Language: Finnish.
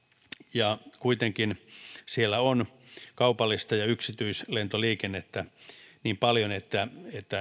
ja kuitenkin siellä on kaupallista ja yksityislentoliikennettä niin paljon että